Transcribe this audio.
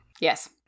Yes